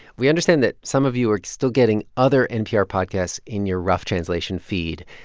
we understand that some of you are still getting other npr podcasts in your rough translation feed,